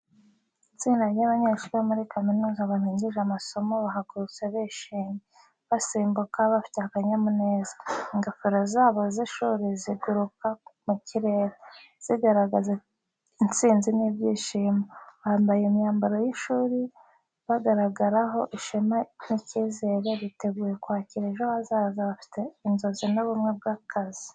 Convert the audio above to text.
Itsinda ry’abanyeshuri bo muri kaminuza barangije amasomo bahagurutse bishimye, basimbuka bafite akanyamuneza. Ingofero zabo z’ishuri ziguruka mu kirere, zigaragaza intsinzi n’ibyishimo. Bambaye imyambaro y’ishuri, bagaragaraho ishema n’icyizere, biteguye kwakira ejo hazaza bafite inzozi n’ubumwe bw'akazi.